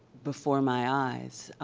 before my eyes.